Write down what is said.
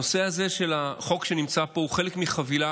הנושא הזה של החוק שנמצא פה הוא חלק מחבילה